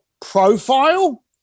profile